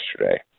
yesterday